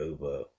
over